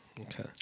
Okay